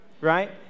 right